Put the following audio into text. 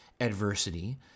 adversity